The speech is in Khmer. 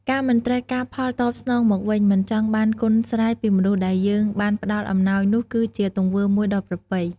ការមិនត្រូវការផលតបស្នងមកវិញ មិនចង់បានគុណស្រ័យ ពីមនុស្សដែលយើងបានផ្តល់អំណោយនោះគឹជាទង្វើមួយដ៏ប្រពៃ។